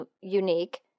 unique